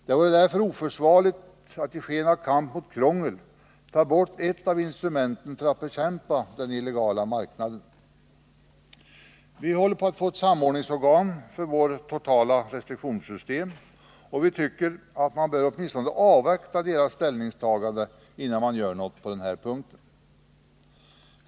Det vore därför oförsvarligt att i sken av kamp mot krångel ta bort ett av instrumenten för att bekämpa den illegala marknaden. Vi håller på att få ett samordningsorgan för vårt totala restriktionssystem. Utskottsmajoriteten tycker att man åtminstone bör avvakta dess ställningstagande innan man gör något på denna punkt.